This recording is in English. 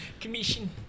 Commission